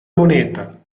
moneta